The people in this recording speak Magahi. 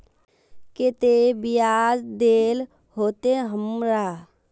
केते बियाज देल होते हमरा?